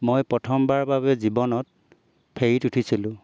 মই প্ৰথমবাৰৰ বাবে জীৱনত ফেৰীত উঠিছিলোঁ